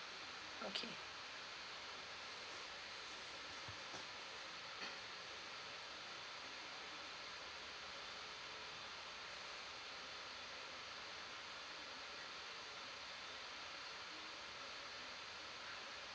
okay